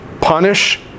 punish